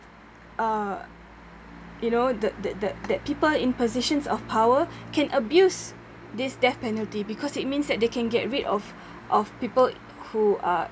uh you know the the the that people in positions of power can abuse this death penalty because it means that they can get rid of of people who uh